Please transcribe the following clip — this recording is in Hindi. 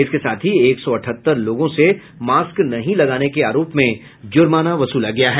इसके साथ ही एक सौ अठहत्तर लोगों से मास्क नहीं लगाने के आरोप में जुर्माना वसूला गया है